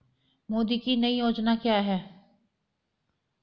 मोदी की नई योजना क्या है?